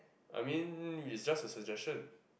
I mean is just a suggestion